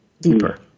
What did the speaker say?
deeper